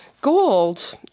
gold